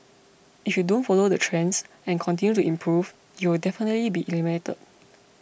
if you don't follow the trends and continue to improve you'll definitely be eliminated